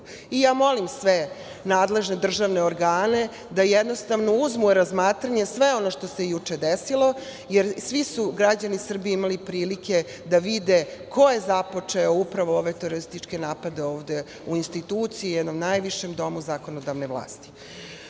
Ja molim sve nadležne državne organe da jednostavno uzmu u razmatranje sve ono što se juče desilo, jer svi su građani Srbije imali prilike da vide ko je započeo upravo ove terorističke napade ovde u instituciji, jednom najvišem domu zakonodavne vlasti. Mislili